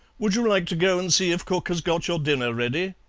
would you like to go and see if cook has got your dinner ready?